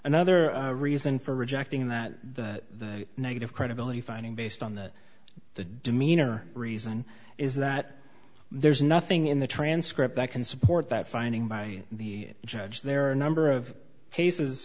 another reason for rejecting that the negative credibility finding based on the the demeanor reason is that there's nothing in the transcript that can support that finding by the judge there are a number of